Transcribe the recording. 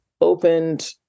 opened